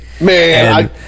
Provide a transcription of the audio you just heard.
man